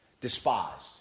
despised